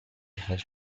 has